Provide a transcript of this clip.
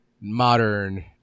modern